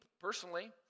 personally